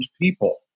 people